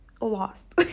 lost